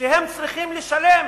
שהם צריכים לשלם